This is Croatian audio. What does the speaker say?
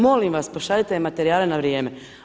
Molim vas pošaljite mi materijale na vrijeme.